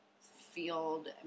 field